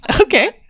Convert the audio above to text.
Okay